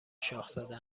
شاهزاده